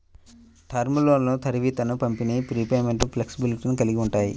term లోన్లు త్వరిత పంపిణీ, రీపేమెంట్ ఫ్లెక్సిబిలిటీలను కలిగి ఉంటాయి